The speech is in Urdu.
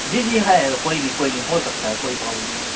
جی جی ہے کوئی نہیں کوئی نہیں ہو سکتا ہے کوئی پرابلم نہیں ہے